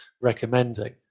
recommending